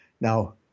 Now